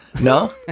No